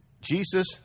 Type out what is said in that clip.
Jesus